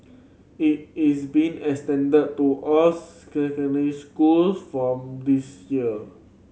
it is being extended to all secondary schools from this year